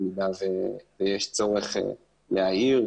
במידה שיש צורך להעיר,